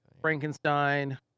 Frankenstein